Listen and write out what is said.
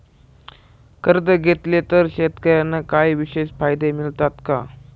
कर्ज घेतले तर शेतकऱ्यांना काही विशेष फायदे मिळतात का?